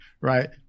Right